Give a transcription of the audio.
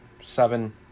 Seven